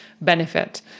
benefit